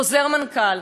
חוזר מנכ"ל.